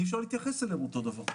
אי-אפשר להתייחס אליהם אותו דבר.